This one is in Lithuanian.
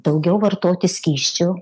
daugiau vartoti skysčių